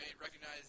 recognize